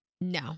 No